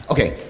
Okay